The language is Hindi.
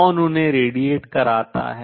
कौन उन्हें विकिरित कराता है